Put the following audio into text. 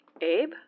Abe